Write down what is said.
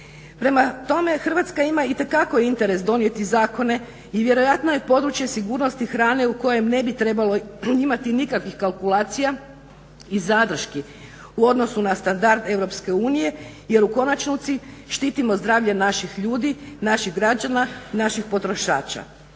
Prema tome, Hrvatska ima itekako interes donijeti zakone i vjerojatno je područje sigurnosti hrane u kojem ne bi trebalo imati nikakvih kalkulacija i zadrški u odnosu na standard EU jer u konačnici štitimo zdravlje naših ljudi, naših građana i naših potrošača.